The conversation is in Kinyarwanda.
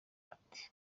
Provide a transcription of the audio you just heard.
ati